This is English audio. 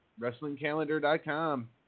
WrestlingCalendar.com